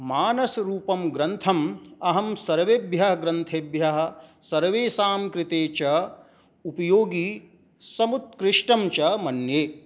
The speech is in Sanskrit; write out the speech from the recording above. मानसरूपं ग्रन्थम् अहं सर्वेभ्यः ग्रन्थेभ्यः सर्वेषां कृते च उपयोगी समुत्कृष्टं च मन्ये